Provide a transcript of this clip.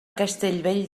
castellvell